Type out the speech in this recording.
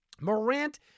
Morant